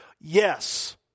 yes